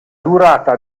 durata